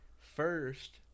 First